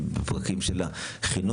שזה הפרקים של החינוך,